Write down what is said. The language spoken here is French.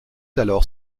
alors